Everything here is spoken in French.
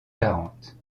quarante